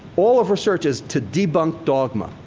all of research is to debunk dogma.